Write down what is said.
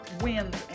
wins